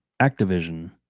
activision